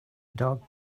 dog